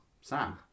Sam